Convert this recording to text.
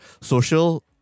social